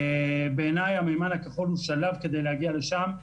בעיני המימן הכחול הוא שלב כדי להגיע לשם,